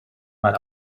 mal